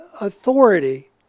authority